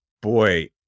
Boy